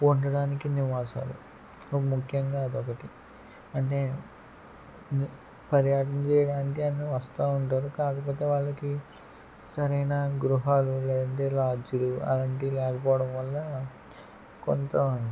ఉండడానికి నివాసాలు ముఖ్యంగా అదొకటి అంటే అదే పర్యటన చేయడానికి అందరు వస్తా ఉంటారు కాకపోతే వాళ్ళకి సరైన గృహాలు లేదంటే లాడ్జిలు అలాంటియి లేకపోవడం వల్ల కొంత